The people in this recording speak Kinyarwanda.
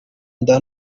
nda